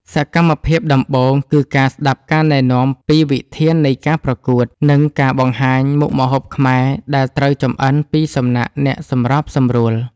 សកម្មភាពដំបូងគឺការស្ដាប់ការណែនាំពីវិធាននៃការប្រកួត និងការបង្ហាញមុខម្ហូបខ្មែរដែលត្រូវចម្អិនពីសំណាក់អ្នកសម្របសម្រួល។